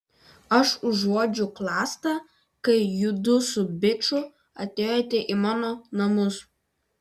aš užuodžiau klastą kai judu su biču atėjote į mano namus